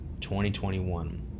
2021